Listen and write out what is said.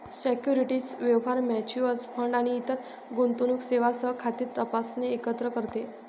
securities व्यवहार, mutual fund आणि इतर गुंतवणूक सेवांसह खाते तपासणे एकत्र करते